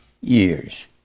years